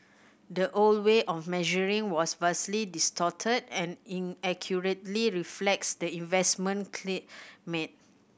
the old way of measuring was vastly distorted and inaccurately reflects the investment climate